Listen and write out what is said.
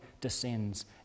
descends